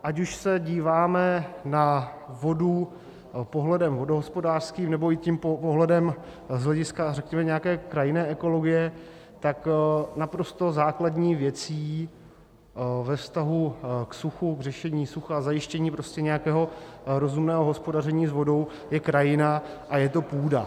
Ať už se díváme na vodu pohledem vodohospodářským nebo i tím pohledem z hlediska řekněme nějaké krajinné ekologie, tak naprosto základní věcí ve vztahu k suchu, k řešení sucha, k zajištění prostě nějakého rozumného hospodaření s vodou je krajina a je to půda.